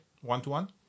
one-to-one